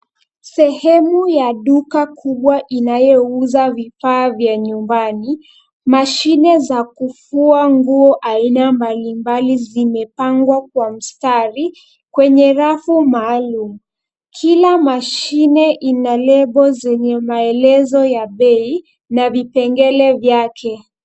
Sehemu ya duka kubwa inayouza vifaa vya nyumbani. Mashine za kufua nguo aina mbalimbali zimepangwa kwa mstari kwenye rafu maalum. Kila mashine ina lebo zenye maelezo ya bei na vipengele vyake.